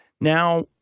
now